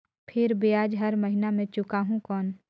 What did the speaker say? फिर ब्याज हर महीना मे चुकाहू कौन?